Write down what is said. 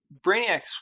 Brainiac's